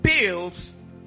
builds